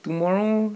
tomorrow